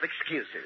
excuses